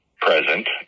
present